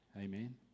amen